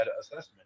assessment